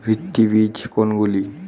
ভিত্তি বীজ কোনগুলি?